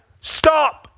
stop